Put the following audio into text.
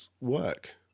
work